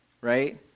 right